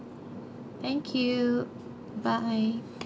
thank you bye